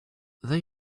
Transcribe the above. they